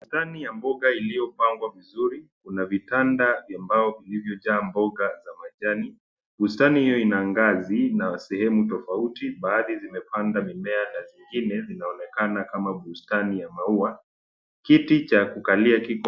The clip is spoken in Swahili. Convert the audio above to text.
Bustani ya mbao iliyopangwa vizuri, kuna vitanda vya mbao vilivyojaa mboga za majani. Bustani hiyo ina ngazi na sehemu tofauti. Baadhi zmepanda mimea na zingine zinaonekana kama bustani ya maua. Kiti cha kukalia kiko.